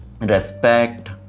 respect